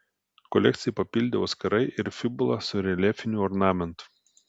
kolekciją papildė auskarai ir fibula su reljefiniu ornamentu